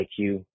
iq